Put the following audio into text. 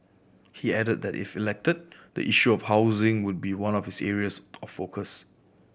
he added that if elected the issue of housing would be one of his areas of focus